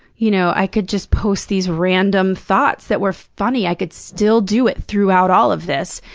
you know i could just post these random thoughts that were funny. i could still do it throughout all of this,